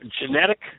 genetic